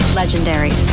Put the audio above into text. legendary